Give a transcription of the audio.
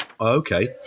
Okay